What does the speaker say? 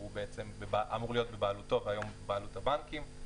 שהוא אמור להיות בבעלותו והיום הוא בבעלות הבנקים.